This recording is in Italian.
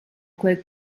quel